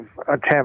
attempt